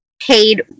paid